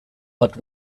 but